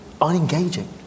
unengaging